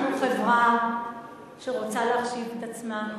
אנחנו חברה שרוצה להחשיב את עצמה,